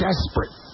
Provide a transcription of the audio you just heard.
desperate